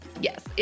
yes